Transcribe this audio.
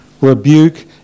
rebuke